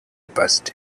past